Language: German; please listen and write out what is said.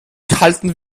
kalten